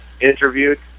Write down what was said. interviewed